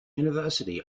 university